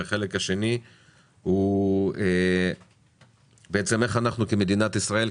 החלק השני הוא בעצם איך אנחנו כמדינת ישראל,